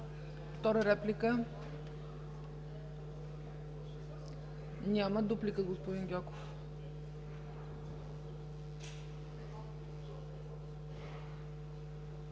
Втора реплика? Няма. Дуплика – господин Гьоков.